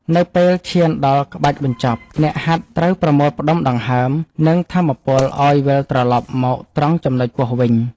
នៅពេលឈានដល់ក្បាច់បញ្ចប់ អ្នកហាត់ត្រូវប្រមូលផ្ដុំដង្ហើម និងថាមពលឱ្យវិលត្រឡប់មកត្រង់ចំនុចពោះវិញ។